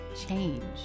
change